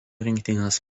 rinktinės